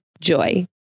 Joy